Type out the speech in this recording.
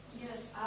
Yes